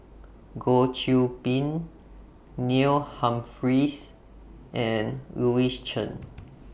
Goh Qiu Bin Neil Humphreys and Louis Chen